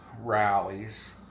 rallies